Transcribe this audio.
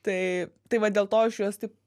tai tai va dėl to aš juos taip